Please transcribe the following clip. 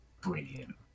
brilliant